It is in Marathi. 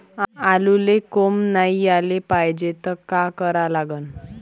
आलूले कोंब नाई याले पायजे त का करा लागन?